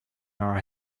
our